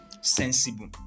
sensible